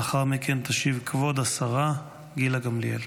לאחר מכן תשיב כבוד השרה גילה גמליאל.